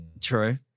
True